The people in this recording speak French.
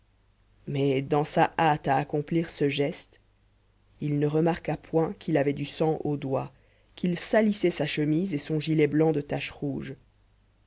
mais dans sa hâte à accomplir ce geste il ne remarqua point qu'il avait du sang aux doigts qu'il salissait sa chemise et son gilet blanc de taches rouges